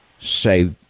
say